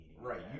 Right